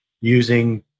using